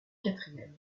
quatrième